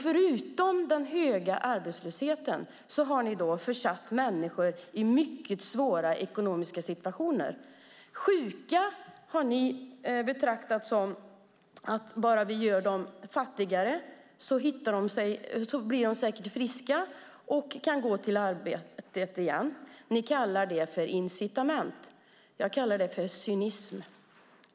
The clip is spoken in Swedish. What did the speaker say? Förutom den höga arbetslösheten har ni försatt människor i mycket svåra ekonomiska situationer. När det gäller sjuka säger ni att bara vi gör dem fattigare blir de säkert friska och kan gå till arbetet igen. Ni kallar det för incitament. Jag kallar det för cynism.